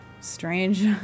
Strange